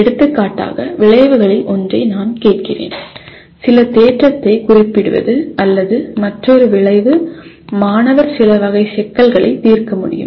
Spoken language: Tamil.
எடுத்துக்காட்டாக விளைவுகளில் ஒன்றை நான் கேட்கிறேன் சில தேற்றத்தை குறிப்பிடுவது அல்லது மற்றொரு விளைவு மாணவர் சில வகை சிக்கல்களை தீர்க்க முடியும்